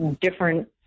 different